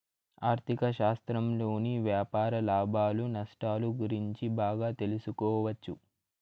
ఆర్ధిక శాస్త్రంలోని వ్యాపార లాభాలు నష్టాలు గురించి బాగా తెలుసుకోవచ్చు